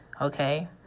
Okay